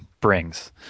brings